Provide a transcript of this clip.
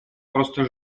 просто